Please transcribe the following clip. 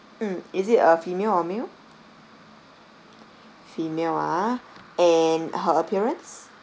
mm is it a female or male female ah and her appearance